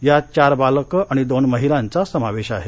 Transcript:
यात चार बालक आणि दोन महिलांचा समावेश आहे